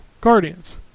Guardians